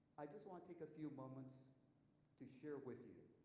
i just wanna take a few moments to share with you